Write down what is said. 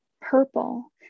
purple